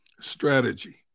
strategy